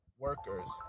workers